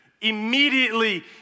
Immediately